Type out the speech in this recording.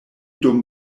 dum